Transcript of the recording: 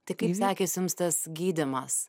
tai kaip sekės jums tas gydymas